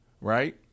Right